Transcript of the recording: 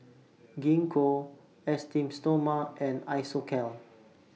Gingko Esteem Stoma and Isocal